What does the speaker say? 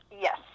Yes